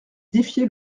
défier